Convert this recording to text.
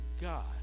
God